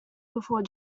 before